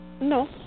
No